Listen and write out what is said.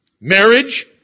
Marriage